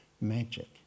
Magic